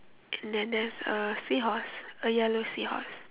and then there's a seahorse a yellow seahorse